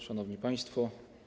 Szanowni Państwo!